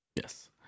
Yes